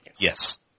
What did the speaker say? yes